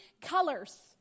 colors